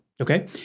okay